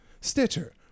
Stitcher